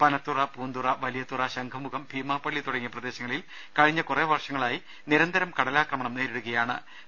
പനത്തുറ പൂന്തുറ വലിയതുറ ശംഖുമുഖം ഭീമാപ്പള്ളി തുടങ്ങിയ പ്രദേശ ങ്ങളിൽ കഴിഞ്ഞ കുറേ വർഷങ്ങളായി നിരന്തരം കടലാക്രമണം നേരിടുകയാ ണ്